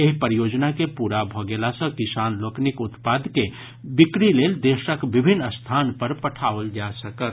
एहि परियोजना के पूरा भऽ गेला सॅ किसान लोकनिक उत्पाद के बिक्री लेल देशक विभिन्न स्थान पर पठाओल जा सकत